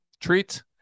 treat